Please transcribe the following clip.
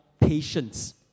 patience